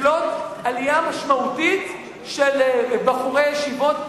לקלוט עלייה משמעותית של בחורי ישיבות,